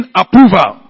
approval